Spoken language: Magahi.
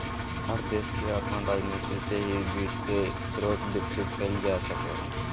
हर देश के अपन राजनीती से ही वित्त के स्रोत विकसित कईल जा सको हइ